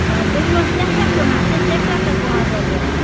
تُہۍ چھُو حظ سٮ۪کھ وٮ۪کھ کٕنان اَسہِ ٲسۍ سیٚکہِ ٹٮ۪کٹَر پانٛژھ دَہ ضوٚرَتھ